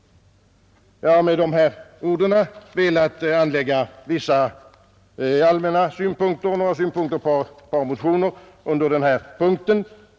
Jag har med dessa ord velat anlägga vissa allmänna synpunkter och några synpunkter på ett par motioner under denna punkt.